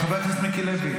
חבר הכנסת מיקי לוי,